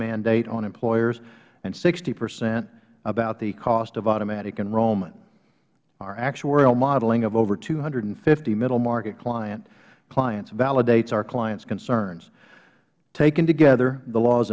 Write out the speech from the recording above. mandate on employers and sixty percent about the cost of automatic enrollment our actuarial modeling of over two hundred and fifty middle market clients validates our clients concerns taken together the law